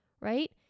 right